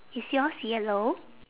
is yours yellow